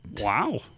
wow